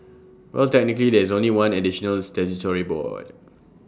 well technically there's only one additional statutory board